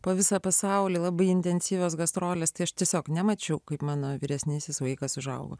po visą pasaulį labai intensyvios gastrolės tai aš tiesiog nemačiau kaip mano vyresnysis vaikas užaugo